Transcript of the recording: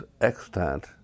extant